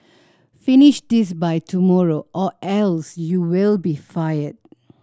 finish this by tomorrow or else you will be fired